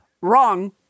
wrong